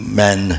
men